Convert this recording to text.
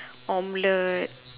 omelette